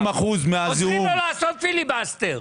עוזרים לו לעשות פיליבסטר.